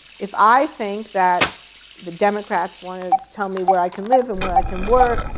if i think that the democrats want to tell me where i can live, and where i can work,